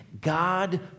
God